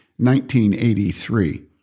1983